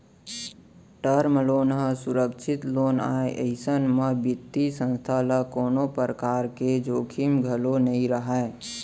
term loan ह सुरक्छित loan आय अइसन म बित्तीय संस्था ल कोनो परकार के जोखिम घलोक नइ रहय